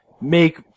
make